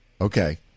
Okay